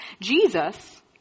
Jesus